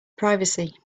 privacy